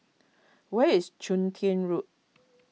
where is Chun Tin Road